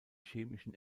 chemischen